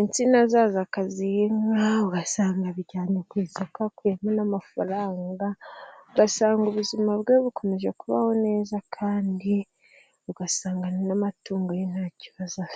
insina zayo akaziha inka ugasanga abijyanye ku isoko akuyemo n'amafaranga ugasanga ubuzima bwe bukomeje kubaho neza kandi ugasanga n'amatungo ye nta kibazo afite.